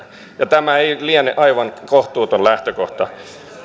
ja tämä ei liene aivan kohtuuton lähtökohta